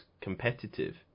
competitive